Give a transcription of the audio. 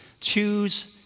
choose